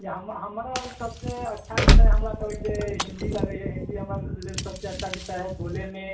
जे हमरो सब के अच्छा विषय हमरा लगै छै हिन्दी लागै यऽ हिन्दी हमर लेल सबसे अच्छा विषय हय बोले मे